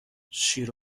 شیر